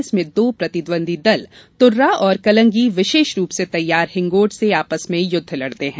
इसमें दो प्रतिद्वंदी दल तुर्रा और कलंगी विशेष रूप से तैयार हिंगोट से आपस में युद्ध लड़ते हैं